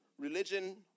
Religion